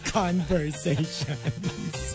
conversations